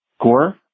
gore